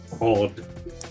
odd